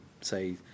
say